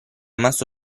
massa